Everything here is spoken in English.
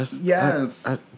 Yes